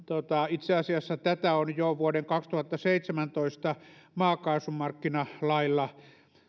itse asiassa tätä on jo vuoden kaksituhattaseitsemäntoista maakaasumarkkinalailla